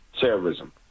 terrorism